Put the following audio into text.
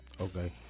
Okay